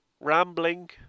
rambling